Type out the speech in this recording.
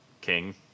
king